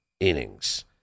Innings